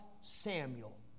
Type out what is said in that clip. Samuel